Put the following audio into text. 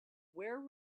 where